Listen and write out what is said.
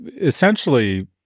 essentially